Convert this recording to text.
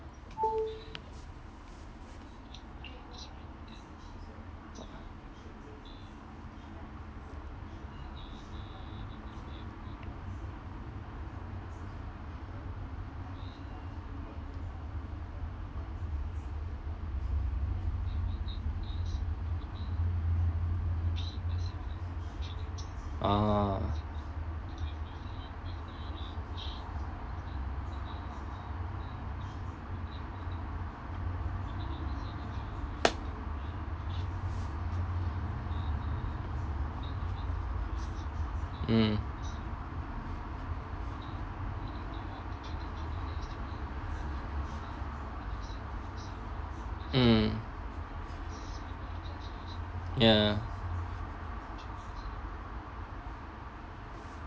ah mm mm ya